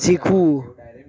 શીખવું